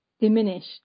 diminished